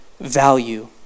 Value